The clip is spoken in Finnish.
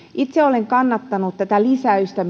itse olen kannattanut tätä lisäystä